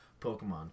Pokemon